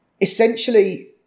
essentially